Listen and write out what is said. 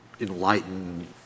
enlighten